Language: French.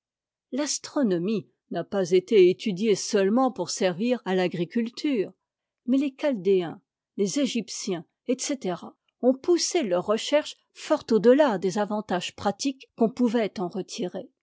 l'astronomie n'a pas été étudiée seulement pour servir à l'agriculture mais les chaldéens les égyptiens etc ont poussé leurs recherches fort an delà des avantages pratiques qu'on pouvait en retirer